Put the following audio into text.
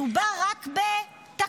מדובר רק ב"תקלה",